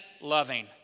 loving